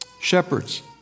Shepherds